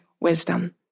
wisdom